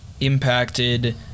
impacted